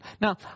Now